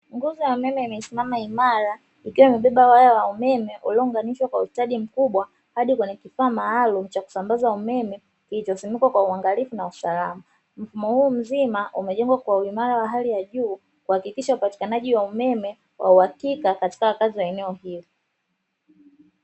Nguzo ya umeme amesimama imara ikiwa imebeba waya wa umeme uliounganishwa kwa ustadi mkubwa hadi kwenye kifaa maalumu cha kusambaza umeme, ilivyozungukwa kwa uangalizi na usalama, mfumo huu mzima umejengwa kwa uimara wa hali ya juu kuhakikisha upatikanaji wa umeme wa uhakika katika kazi za eneo hilo.